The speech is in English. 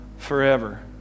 forever